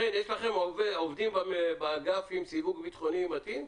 חן, יש לכם עובדים באגף עם סיווג ביטחוני מתאים?